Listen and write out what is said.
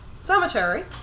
cemetery